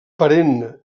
perenne